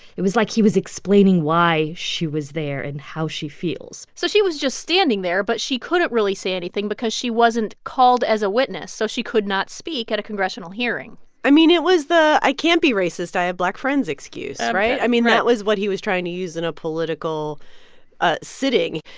it was like he was explaining why she was there and how she feels so she was just standing there, but she couldn't really say anything because she wasn't called as a witness. so she could not speak at a congressional hearing i mean, it was the i can't be racist i have black friends excuse. right? i mean, that was what he was trying to use in a political ah sitting.